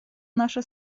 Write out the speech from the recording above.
наши